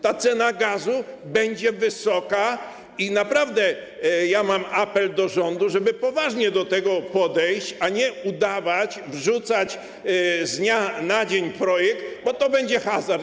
Ta cena gazu będzie wysoka i naprawdę mam apel do rządu, żeby poważnie do tego podejść, a nie udawać, wrzucać z dnia na dzień projekt, bo to będzie hazard.